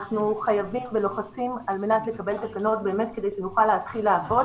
אנחנו חייבים ולוחצים על מנת לקבל תקנות כדי שנוכל להתחיל לעבוד